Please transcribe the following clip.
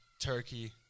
turkey